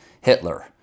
Hitler